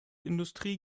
industrie